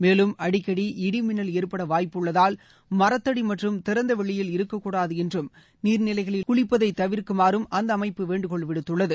மேலும் அடிக்கடி இடி மின்னல் ஏற்பட வாய்ப்புள்ளதால் மரத்தடி மற்றும் திறந்தவெளியில் இருக்கக்கூடாது என்றும் நீாநிலைகளில் குளிப்பதை தவிர்க்குமாறும் அந்த அமைப்பு வேண்டுகோள் விடுத்துள்ளது